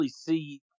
see